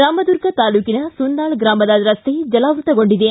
ರಾಮದುರ್ಗ ತಾಲೂಕಿನ ಸುನ್ನಾಳ ಗ್ರಾಮದ ರಸ್ತೆ ಜಾಲಾವೃತ್ತಗೊಂಡಿದೆ